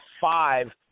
five